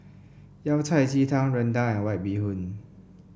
Yao Cai Ji Tang rendang and White Bee Hoon